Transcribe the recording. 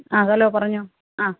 ആ ഹലോ പറഞ്ഞോളൂ ആ